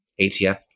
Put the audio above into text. ATF